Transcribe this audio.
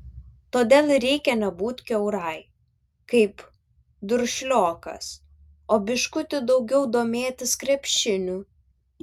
todėl ir reikia nebūt kiaurai kaip duršliokas o biškutį daugiau domėtis krepšiniu